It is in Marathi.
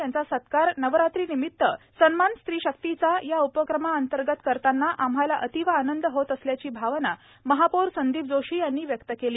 त्यांचा सत्कार नवरात्रीनिमित्त सन्मान स्त्री शक्तीचा या उपक्रमांतर्गत करताना आम्हाला अतीव आनंद होत असल्याची भावना महापौर संदीप जोशी यांनी व्यक्त केली